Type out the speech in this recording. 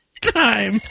time